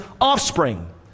offspring